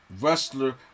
wrestler